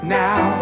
now